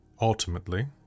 Ultimately